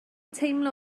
teimlo